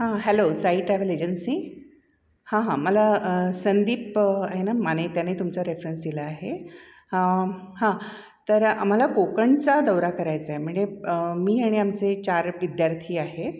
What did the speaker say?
hello Sai travel agency हा हा मला संदीप आहे ना माने तुमचा रेफरन्स दिला आहे हां तर आम्हाला कोकणचा दौरा करायचाय म्हंजे मी आणि आमचे चार विद्यार्थी आहेत